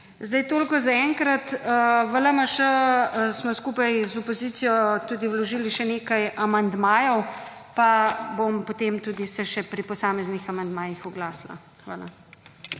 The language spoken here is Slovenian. Zdaj toliko zaenkrat. V LMŠ smo skupaj z opozicijo tudi vložili še nekaj amandmajev, pa bom potem tudi se še pri posameznih amandmajih oglasila. Hvala.